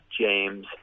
James